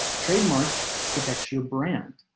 trademark protection brand.